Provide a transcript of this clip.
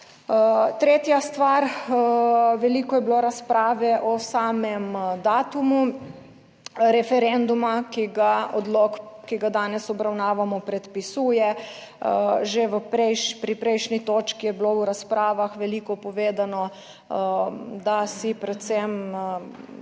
Tretja stvar, veliko je bilo razprave o samem datumu referenduma, ki ga odlok, ki ga danes obravnavamo predpisuje. Že v prejšnji, pri prejšnji točki je bilo v razpravah veliko povedano, da si predvsem